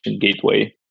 gateway